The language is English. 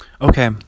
okay